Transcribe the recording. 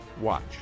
Watch